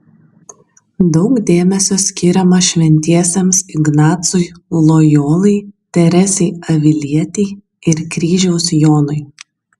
daug dėmesio skiriama šventiesiems ignacui lojolai teresei avilietei ir kryžiaus jonui